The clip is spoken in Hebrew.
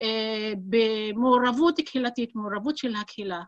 במעורבות הקהילתית, מעורבות של הקהילה.